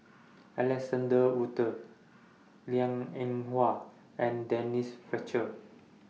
Alexander Wolters Liang Eng Hwa and Denise Fletcher